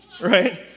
right